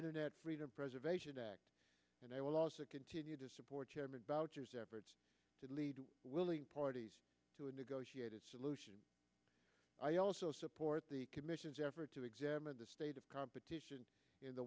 internet freedom preservation act and i will also continue to support chairman boucher's efforts to lead willing parties to a negotiated solution i also support the commission's effort to examine the state of competition in the